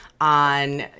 on